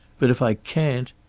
but if i can't,